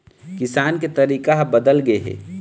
किसानी के तरीका ह बदल गे हे